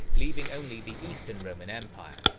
leaving only the eastern roman empire,